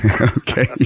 Okay